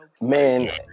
Man